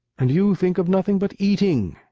and you think of nothing but eating.